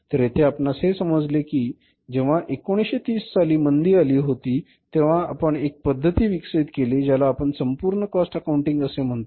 तर येथे आपणास हे समजले कि जेव्हा 1930 साली मंदी अली होती तेव्हा आपण एक पद्धती विकसित केली ज्याला आपण संपूर्ण कॉस्ट अकाउंटिंग असे म्हणतो